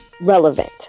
relevant